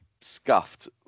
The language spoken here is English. scuffed